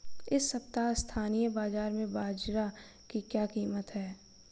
इस सप्ताह स्थानीय बाज़ार में बाजरा की कीमत क्या है?